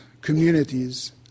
communities